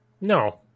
No